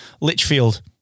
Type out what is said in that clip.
Litchfield